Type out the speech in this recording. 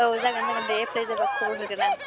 औ जागोन जागोन दे एप्लाय जाब्ला खबर होगोन आं